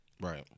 right